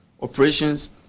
operations